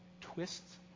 twists